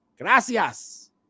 Gracias